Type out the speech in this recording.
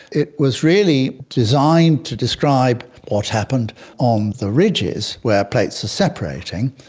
it was really designed to describe what happened on the ridges where plates are separating,